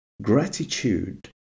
Gratitude